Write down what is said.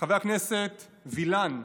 חבר הכנסת וילן,